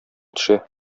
төшә